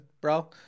bro